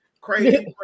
Crazy